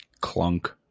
Clunk